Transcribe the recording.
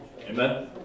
Amen